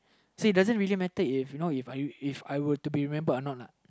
say it doesn't really matter if you know If I If I were to be remembered anot lah